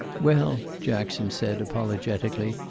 well, jackson said, apologetically,